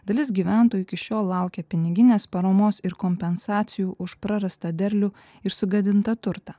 dalis gyventojų iki šiol laukia piniginės paramos ir kompensacijų už prarastą derlių ir sugadintą turtą